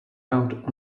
out